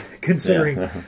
considering